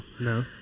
No